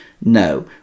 No